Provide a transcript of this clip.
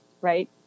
right